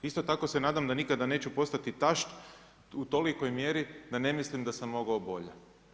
Isto tako se nadam da nikada neću postati tašt u tolikoj mjeri da ne mislim da sam mogao bolje.